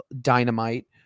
Dynamite